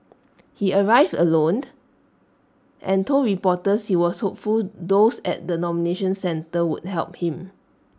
he arrived alone and told reporters he was hopeful those at the nomination centre would help him